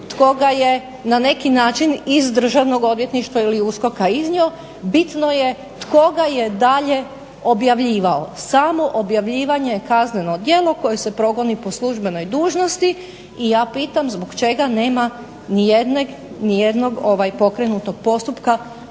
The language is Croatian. tko ga je na neki način iz državnog odvjetništva ili USKOK-a iznio, bitno je tko ga je dalje objavljivao. Samo objavljivanje je kazneno djelo koje se progoni po službenoj dužnosti i ja pitam zbog čega nema nijednog pokrenutog postupka